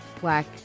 black